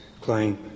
claim